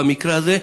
במקרה הזה.